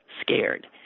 scared